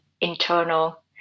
internal